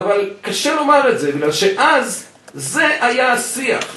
אבל קשה לומר את זה בגלל שאז זה היה השיח